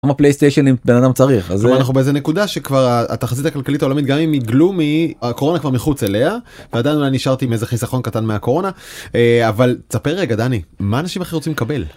כמה פלייסטיישנים בן אדם צריך? כלומר אנחנו באיזה נקודה שכבר התחזית הכלכלית העולמית גם אם היא גלומי, הקורונה כבר מחוץ אליה, ועדיין אני נשארתי עם איזה חיסכון קטן מהקורונה, אבל תספר רגע דני, מה אנשים אחרים רוצים לקבל.